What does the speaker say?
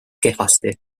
kehvasti